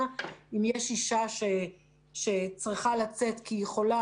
ואם יש אישה שצריכה לצאת כי היא חולה,